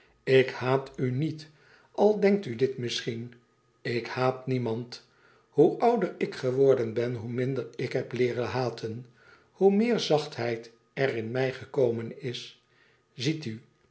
ik haat u niet al denkt u dit misschien ik haat niemand hoe ouder ik geworden ben hoe minder ik heb leeren haten hoe meer zachtheid er in mij gekomen is ziet u